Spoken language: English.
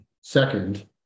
second